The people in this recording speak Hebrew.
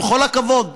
בכל הכבוד.